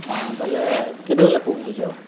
ହଁ ବେଲେ କେତେବେଲେ ପୁହଞ୍ଚୁଚ